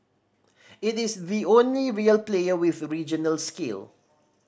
it is the only real player with regional scale